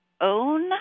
own